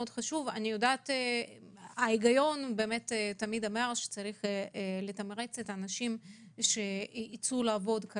ההיגיון אומר שצריך לתמרץ את האנשים שיצאו לעבוד,